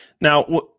now